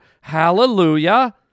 hallelujah